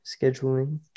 scheduling